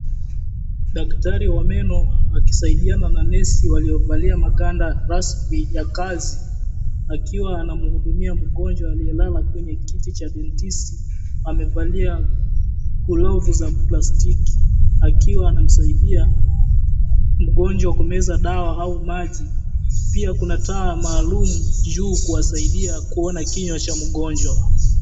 Daktari wa meno akisaidiana na nesi waliovalia maganda rasmi ya kazi akiwa anamhudumia mgonjwa aliyelala kwenye kiti cha dentisti wamevalia glovu za plastiki akiwa anamsaidia mgonjwa kumeza dawa au maji. Pia kuna taa maalum juu kuwasaidia kuona kinywa cha mgonjwa.